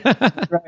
Right